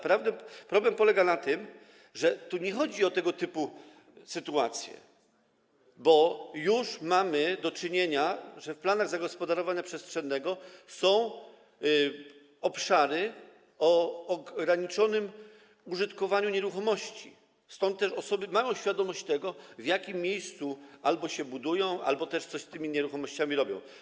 Problem polega jednak na tym, że tu nie chodzi o tego typu sytuacje, bo już mamy do czynienia z tym, że w planach zagospodarowania przestrzennego są obszary ograniczonego użytkowania nieruchomości, stąd też osoby mają świadomość tego, w jakim miejscu albo się budują, albo coś też z tymi nieruchomościami robią.